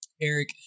Eric